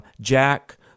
Jack